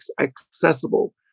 accessible